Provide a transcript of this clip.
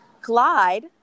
Clyde